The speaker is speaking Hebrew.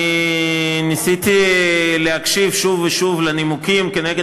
אני ניסיתי להקשיב שוב ושוב לנימוקים כנגד